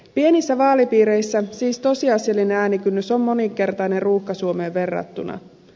pienissä vaalipiireissä siis tosiasiallinen äänikynnys on moninkertainen ruuhka suomeen verrattuna